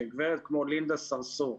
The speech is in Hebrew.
כשגב' כמו לינדה סרסור,